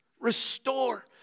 Restore